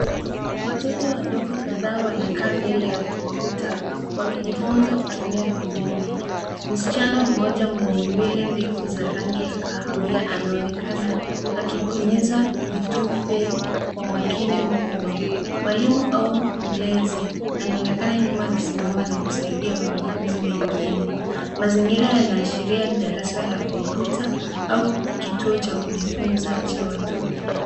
Watoto wadogo kadhaa wanakaa mbele ya kompyuta wakijifunza kutumia vibodi. Msichana mmoja mwenye nywele ndefu za rangi ya kahawia anaonekana akibonyeza vitufe kwa umakini mkubwa. Mwalimu au mlezi anaonekana nyuma akisimama na kusaidia wanafunzi wengine. Mazingira yanaashiria darasa la kompyuta au kituo cha kujifunza cha watoto.